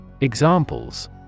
Examples